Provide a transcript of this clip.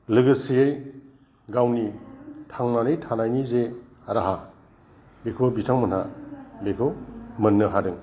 लोगोसे गावनि थांनानै थानायनि जे राहा बेखौ बिथांमोनहा बेखौ मोननो हादों